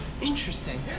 Interesting